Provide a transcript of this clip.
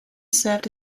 served